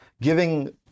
giving